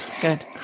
good